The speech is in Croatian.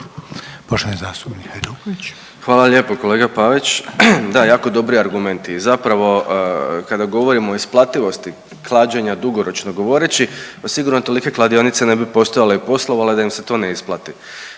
Domagoj (Socijaldemokrati)** Hvala lijepo kolega Pavić. Da, jako dobri argumenti. I zapravo kada govorimo o isplativosti klađenja dugoročno govoreći sigurno tolike kladionice ne bi postojale i poslovale da im se to ne isplati.